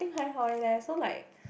think 还好而已 leh so like